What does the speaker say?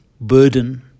burden